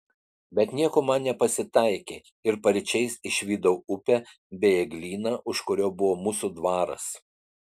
bet nieko man nepasitaikė ir paryčiais išvydau upę bei eglyną už kurio buvo mūsų dvaras